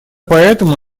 поэтому